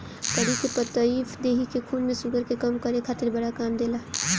करी के पतइ देहि के खून में शुगर के कम करे खातिर बड़ा काम देला